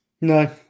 no